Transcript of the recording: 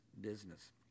business